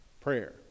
prayer